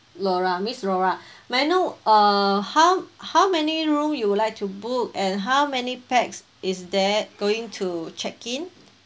laura miss laura may I know uh how how many room you would like to book and how many pax is there going to check in